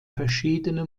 verschiedene